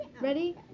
Ready